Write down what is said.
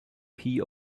key